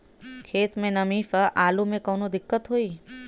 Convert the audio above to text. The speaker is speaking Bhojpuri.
खेत मे नमी स आलू मे कऊनो दिक्कत होई?